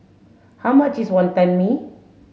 how much is Wonton Mee